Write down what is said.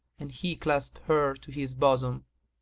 and he clasped her to his bosom.